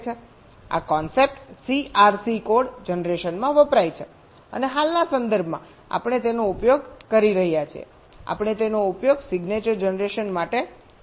આ concept CRC code જનરેશનમાં વપરાય છે અને હાલના સંદર્ભમાં આપણે તેનો ઉપયોગ કરી રહ્યા છીએ આપણે તેનો ઉપયોગ સિગ્નેચર જનરેશન માટે કરી રહ્યા છીએ